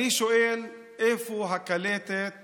אני שואל: איפה הקלטת